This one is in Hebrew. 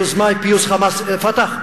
היוזמה היא פיוס "חמאס" "פתח"?